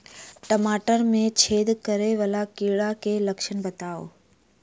टमाटर मे छेद करै वला कीड़ा केँ लक्षण बताउ?